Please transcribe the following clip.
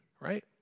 right